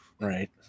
Right